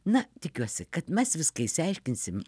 na tikiuosi kad mes viską išsiaiškinsim